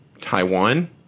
Taiwan